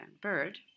bird